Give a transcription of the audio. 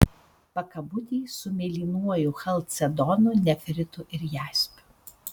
pakabutį su mėlynuoju chalcedonu nefritu ir jaspiu